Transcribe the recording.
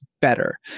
better